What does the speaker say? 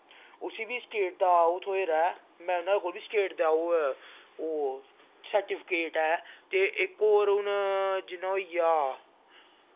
उस्सी बी स्टेट दा ओह् थ्होए दा ऐ मैडल ओह् बी स्टेट दा ओह् सर्टिफकैट ऐ ते इक होर हून जि'यां होई गेआ